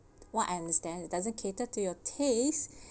what I understand it doesn't cater to your taste